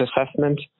assessment